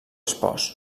espòs